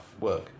work